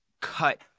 cut